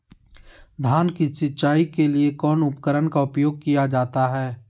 धान की सिंचाई के लिए कौन उपकरण का उपयोग किया जाता है?